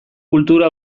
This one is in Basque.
kultura